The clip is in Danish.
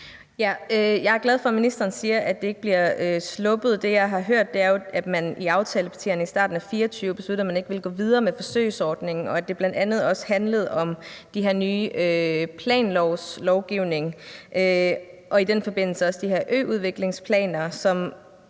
siger, at det ikke bliver sluppet. Det, jeg har hørt, er jo, at man i aftalepartierne i starten af 2024 besluttede, at man ikke ville gå videre med forsøgsordningen, og at det bl.a. også handlede om den her nye planlov og i den forbindelse også de her øudviklingsplaner,